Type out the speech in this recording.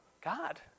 God